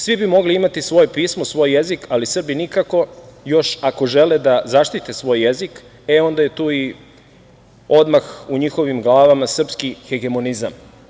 Svi bi mogli imati svoje pismo, svoj jezik, ali Srbi nikako, još ako žele da zaštite svoj jezik, onda je tu i odmah u njihovim glavama srpski hegemonizam.